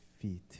feet